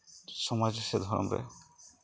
ᱥᱚᱢᱟᱡᱽ ᱨᱮᱥᱮ ᱫᱷᱚᱨᱚᱢ ᱨᱮ